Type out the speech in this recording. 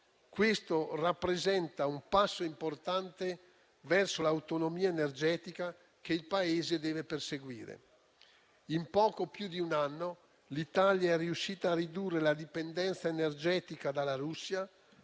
Questo rappresenta un passo importante verso l'autonomia energetica che il Paese deve perseguire. In poco più di un anno l'Italia è riuscita a ridurre la dipendenza energetica dalla Russia,